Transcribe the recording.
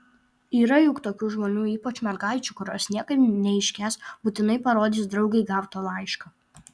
yra juk tokių žmonių ypač mergaičių kurios niekaip neiškęs būtinai parodys draugei gautą laišką